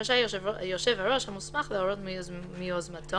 רשאי יושב הראש המוסמך להורות מיוזמתו,